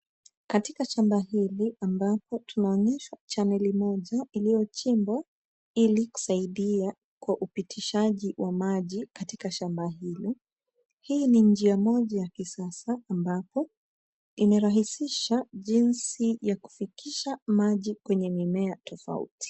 Katika shamba hili ambapo tunaonyeshwa chaneli moja iliyochimbwa ili kusaidia kwa upitishaji wa maji katika shamba hili. Hii ni njia moja ya kisasa ambapo imerahisisha jinsi ya kufikisha maji kwenye mimea tofauti.